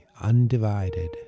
undivided